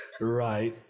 right